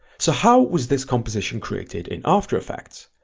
so how was this composition created in after effects?